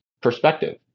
perspective